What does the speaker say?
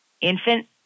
infant